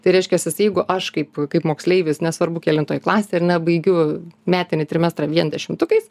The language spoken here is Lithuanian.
tai reiškiasis jeigu aš kaip kaip moksleivis nesvarbu kelintoj klasėj ar ne baigiu metinį trimestrą vien dešimtukais